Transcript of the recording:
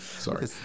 Sorry